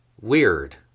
weird